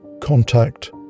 contact